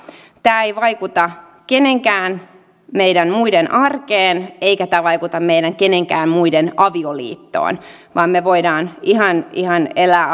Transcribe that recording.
tämä ei vaikuta kenenkään meidän muiden arkeen eikä tämä vaikuta meidän kenenkään muiden avioliittoon vaan me voimme ihan ihan elää